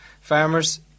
farmers